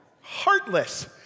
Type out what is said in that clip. heartless